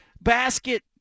basket